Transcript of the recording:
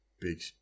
big